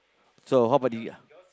so how about the